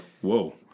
whoa